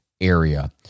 area